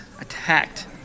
attacked